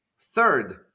Third